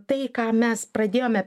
tai ką mes pradėjome